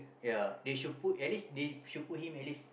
ya they should put at least they should put him at least